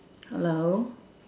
hello